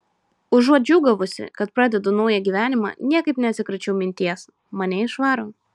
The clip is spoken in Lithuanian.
užuot džiūgavusi kad pradedu naują gyvenimą niekaip neatsikračiau minties mane išvaro